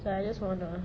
so I just wanna